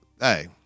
Hey